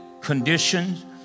conditions